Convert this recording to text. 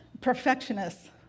Perfectionists